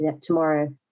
tomorrow